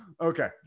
Okay